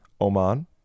Oman